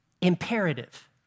imperative